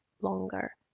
longer